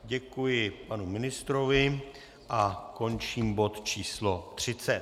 Děkuji panu ministrovi a končím bod číslo 30.